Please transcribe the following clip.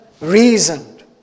reasoned